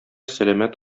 сәламәт